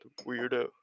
weirdo